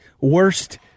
worst